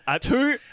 Two